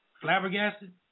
Flabbergasted